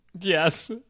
Yes